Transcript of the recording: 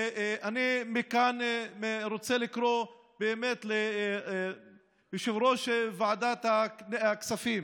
ואני רוצה לקרוא מכאן ליושב-ראש ועדת הכספים